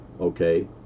okay